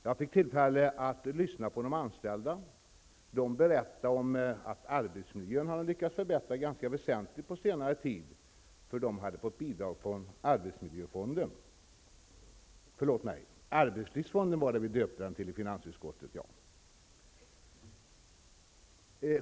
Jag fick tillfälle att lyssna till de anställda. De berättade om att man hade lyckats förbättra arbetsmiljön ganska väsentligt på senare tid, för man hade fått bidrag från arbetslivsfonden.